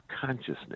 consciousness